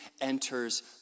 enters